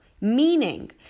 meaning